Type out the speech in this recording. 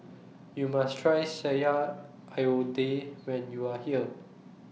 YOU must Try Sayur Lodeh when YOU Are here